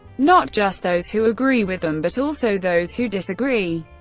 not just those who agree with them, but also those who disagree,